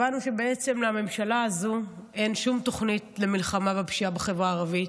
הבנו שלממשלה הזאת אין שום תוכנית למלחמה בפשיעה בחברה הערבית.